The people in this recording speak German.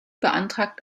beantragt